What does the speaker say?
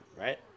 right